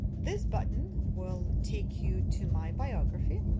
this button will take you to my biography.